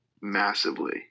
massively